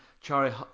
Charlie